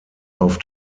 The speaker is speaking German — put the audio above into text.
auf